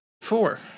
four